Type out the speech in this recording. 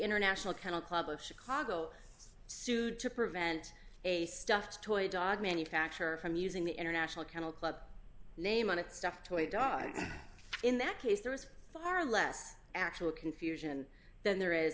international kennel club of chicago sued to prevent a stuffed toy dog manufacturer from using the international kennel club name on it stuffed toy dog in that case there was far less actual confusion than there is